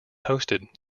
hosted